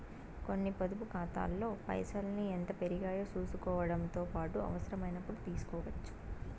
కొన్ని పొదుపు కాతాల్లో పైసల్ని ఎంత పెరిగాయో సూసుకోవడముతో పాటు అవసరమైనపుడు తీస్కోవచ్చు